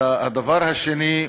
הדבר השני,